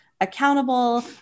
accountable